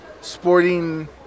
sporting